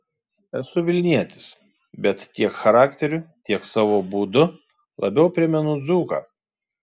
esu vilnietis bet tiek charakteriu tiek savo būdu labiau primenu dzūką